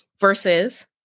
versus